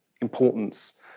importance